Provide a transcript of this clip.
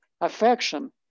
affection